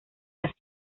las